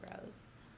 gross